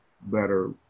better